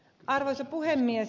arvoisa puhemies